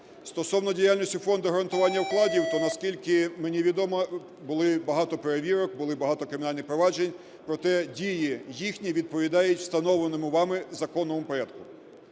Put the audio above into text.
Стосовно діяльності Фонду гарантування вкладів, то, наскільки мені відомо, було багато перевірок, було багато кримінальних проваджень, проте дії їхні відповідають встановленому вами законному порядку.